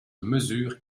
mesure